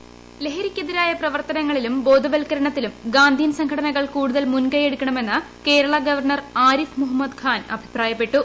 voice ലഹരിക്കെതിരായ പ്രവർത്തനങ്ങളിലും ബോധവത്കരണത്തിലും ഗാന്ധിയൻ സംഘടനകൾ കൂടുതൽ മുൻകൈയെടുക്കണമെന്ന് കേരള ഗവർണർ ആരിഫ് മുഹമ്മദ് ഖാൻ അഭിപ്രായ പ്പട്ടു